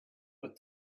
but